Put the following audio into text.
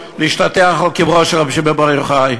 שבאו להשתטח על קברו של רבי שמעון בר יוחאי.